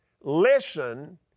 listen